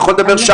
מה קורה עכשיו,